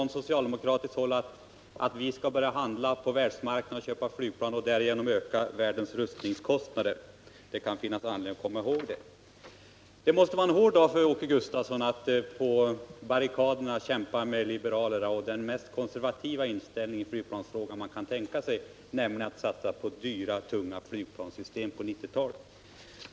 Ni socialdemokrater vill alltså att vi skall börja köpa flygplan på världsmarknaden och därigenom öka världens rustningskostnader. Det kan finnas anledning att komma ihåg det. Det måste vara en hård dag för Åke Gustavsson när han kämpar på barrikaderna mot liberalerna och själv har den mest konservativa inställning man kan tänka sig i flygplansfrågan, nämligen att vi skall satsa på dyra, tunga flygplanssystem.